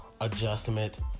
adjustment